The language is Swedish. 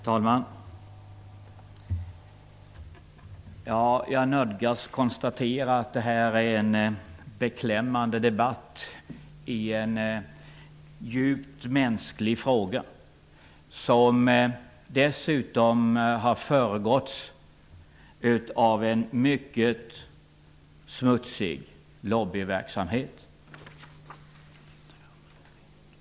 Herr talman! Jag nödgas konstatera att det här är en beklämmande debatt i en djupt mänsklig fråga, som dessutom har föregåtts av en mycket smutsig lobbyverksamhet.